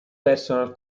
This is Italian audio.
personal